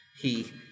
he-